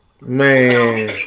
man